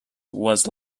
was